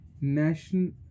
national